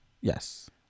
Yes